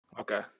Okay